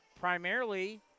primarily